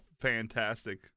fantastic